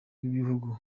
bw’ibihugu